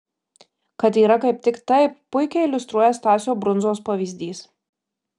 kad yra kaip tik taip puikiai iliustruoja stasio brundzos pavyzdys